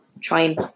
trying